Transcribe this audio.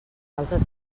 galtes